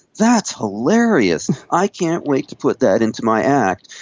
that's hilarious. i can't wait to put that into my act.